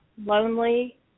lonely –